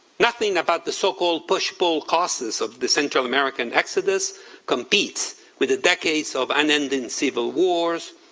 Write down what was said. nothing about the so-called push-pull causes of the central american exodus competes with the decades of unending civil wars,